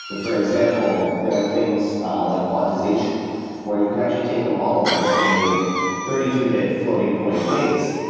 so for example, there are things like quantization where you can actually take a model that was trained with thirty two bit floating point weights,